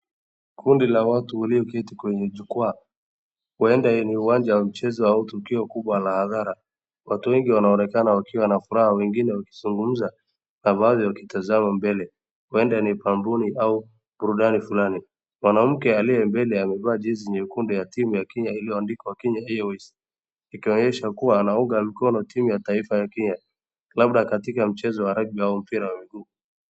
Kundi la watu walioketi kwenye jukwaa huenda ni uwanja wa michezo au tukio kubwa la hadhara, watu wengi wanaonekana wakiwa na furaha, wengine wakizungumza na baadhi wakitazama mbele, huenda ni kampuni au burudani fulani, mwanamke aliye mbele amevaa jezi nyekundu ya timu ya Kenya iliyoandikwa Kenya Airways ikionyesha kuwa anaunga mkono timu ya taifa ya Kenya, labda katika mchezo wa rugby au mpira wa miguu.